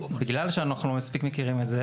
בגלל שאנחנו לא מספיק מכירים את זה,